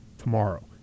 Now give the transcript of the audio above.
tomorrow